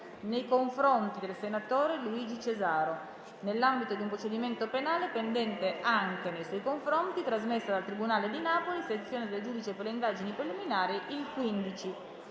telefoniche del senatore Luigi Cesaro nell'ambito di un procedimento penale pendente anche nei suoi confronti trasmessa dal Tribunale di Napoli Sezione del Giudice per le indagini preliminari il 15